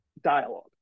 dialogue